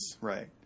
Right